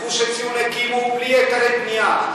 את גוש-עציון הקימו בלי היתרי בנייה.